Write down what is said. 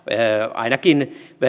ainakin